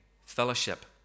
fellowship